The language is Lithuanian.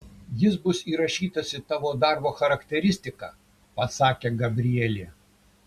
jis bus įrašytas į tavo darbo charakteristiką pasakė gabrielė